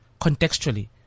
Contextually